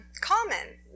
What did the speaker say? common